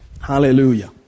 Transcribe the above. Hallelujah